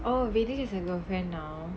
oh has a girlfriend now